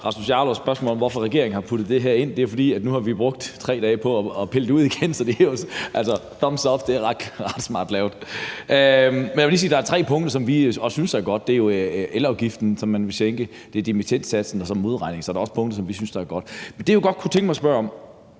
Rasmus Jarlovs spørgsmål om, hvorfor regeringen har puttet det her ind. Det er, fordi vi nu har brugt 3 dage på at pille det ud igen, så thumbs up, det er ret smart lavet. Men jeg vil lige sige, at der er tre punkter, som vi også synes er gode. Det er elafgiften, som man vil sænke, det er dimittendsatsen og så modregning – så der er også punkter, som vi synes er gode. Det, jeg godt kunne tænke mig at spørge om,